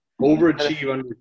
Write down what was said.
Overachieve